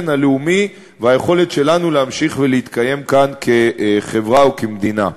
הלאומי והיכולת שלנו להמשיך להתקיים כאן כחברה וכמדינה.